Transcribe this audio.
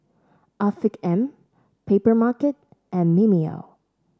Afiq M Papermarket and Mimeo